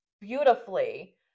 beautifully